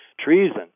treason